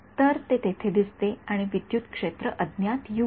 तर ते तेथे दिसते आणि विद्युत क्षेत्र अज्ञात युआहे